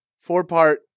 four-part